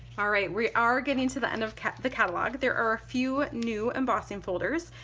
all right we are getting to the end of the catalog there are a few new embossing folders,